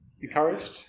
encouraged